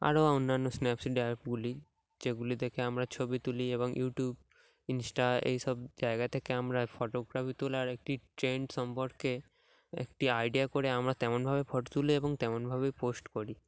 আরও অন্যান্য স্নাপচ্যাট অ্যাপগুলি যেগুলি দেখে আমরা ছবি তুলি এবং ইউটিউব ইনস্টা এইসব জায়গা থেকে আমরা ফটোগ্রাফি তোলার একটি ট্রেন্ড সম্পর্কে একটি আইডিয়া করে আমরা তেমনভাবে ফটো তুলি এবং তেমনভাবেই পোস্ট করি